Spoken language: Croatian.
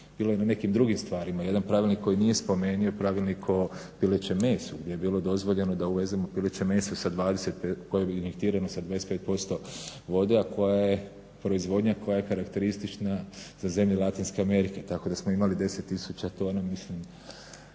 Bilo je na nekim drugim stvarima, jedan pravilnik koji nije spomenuo je Pravilnik o pilećem mesu gdje je bilo dozvoljeno da uvezemo pileće meso sa … /Govornik se ne razumije./… sa 25% vode, a koja je proizvodnja koja je karakteristična za zemlje Latinske Amerike. Tako da smo imali 10 tisuća tona mislim